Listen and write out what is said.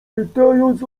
pytając